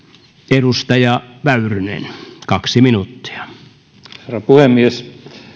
edustaja väyrynen kaksi minuuttia herra puhemies